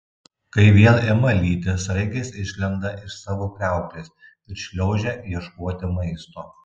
kai vėl ima lyti sraigės išlenda iš savo kriauklės ir šliaužia ieškoti maisto